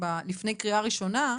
לפני קריאה ראשונה,